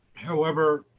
however,